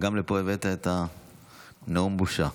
גם לפה הבאת את הנאום "בושה".